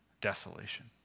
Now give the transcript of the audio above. desolation